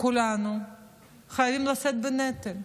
כולנו חייבים לשאת בנטל.